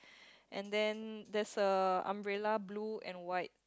and then there's a umbrella blue and white